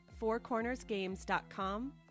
fourcornersgames.com